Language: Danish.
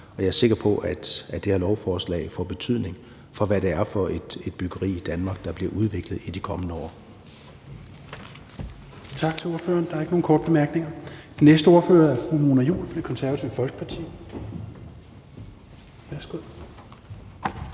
og jeg er sikker på, at det her lovforslag får betydning for, hvad det er for en slags byggeri, der bliver udviklet i Danmark i de kommende år.